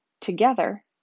together